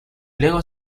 luego